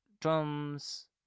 drums